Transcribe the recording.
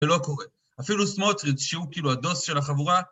ולא קורה. אפילו סמוטריץ' שהוא כאילו הדוס של החבורה.